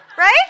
Right